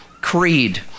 creed